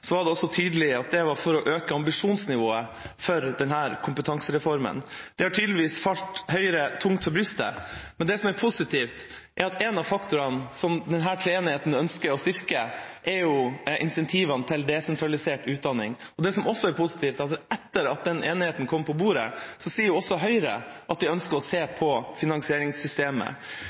tydelig at det var for å øke ambisjonsnivået for denne kompetansereformen. Det har tydeligvis falt Høyre tungt for brystet. Men det som er positivt, er at en av faktorene som denne treenigheten ønsker å styrke, er insentivene til desentralisert utdanning. Det som også er positivt, er at etter at denne enigheten kom på bordet, sier også Høyre at de ønsker å se på finansieringssystemet.